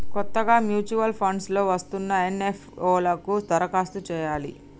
కొత్తగా mutual funds లో వస్తున్న ఎన్.ఎఫ్.ఓ లకు దరఖాస్తు చేయాలి